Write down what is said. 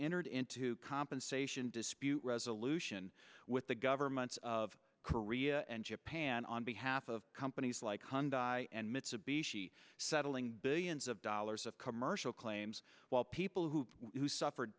entered into compensation dispute resolution with the governments of korea and japan on behalf of companies like hundred i and mitsubishi settling billions of dollars of commercial claims while people who who suffered